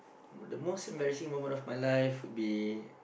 the most embarrassing moment of my life would be